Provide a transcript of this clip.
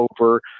over